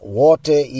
water